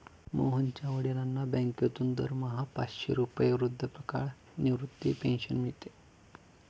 मोहनच्या वडिलांना बँकेतून दरमहा पाचशे रुपये वृद्धापकाळ निवृत्ती पेन्शन मिळते